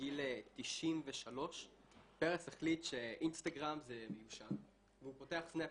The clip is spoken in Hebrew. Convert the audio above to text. בגיל 93 פרס החליט שאינסטגרם זה מיושן והוא פותח סנאפצ'אט.